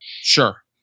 Sure